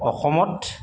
অসমত